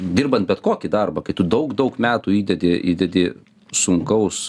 dirbant bet kokį darbą kai tu daug daug metų įdedi įdedi sunkaus